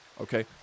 Okay